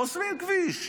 חוסמים כביש.